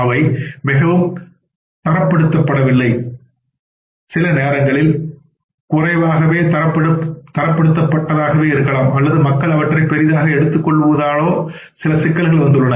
அவை மிகவும் தரப்படுத்தப்படவில்லை அவை சில நேரங்களில் குறைவாக தரப்படுத்தப்பட்டதாகவோ இருக்கலாம் அல்லது மக்கள் அவற்றை பெரிதாக எடுத்துக் கொள்ளாததாலோ சில சிக்கல்கள் வந்துள்ளன